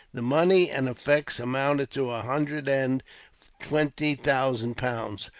the money and effects amounted to a hundred and twenty thousand pounds,